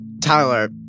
Tyler